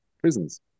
prisons